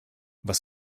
was